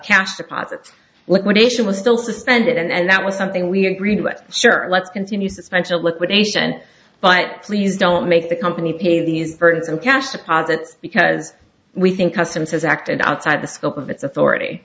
cash deposits liquidation was still suspended and that was something we agreed with sure let's continue suspension liquidation but please don't make the company pay these burdensome cash deposits because we think customs has acted outside the scope of its authority